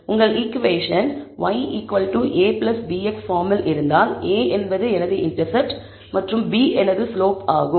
உங்கள் equation yabx பார்மில் இருந்தால் a என்பது எனது இண்டெர்செப்ட் மற்றும் b என்பது எனது ஸ்லோப் ஆகும்